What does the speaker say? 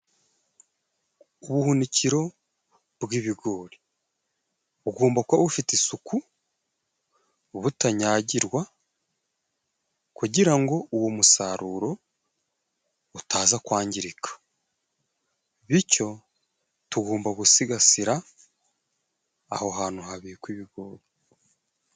ubuhunikiro bw'ibigori bugomba kuba bufite isuku, butanyagirwa, kugira ngo uwo musaruro utaza kwangirika. Bityo tugomba gusigasira aho hantu habikwa ibigori.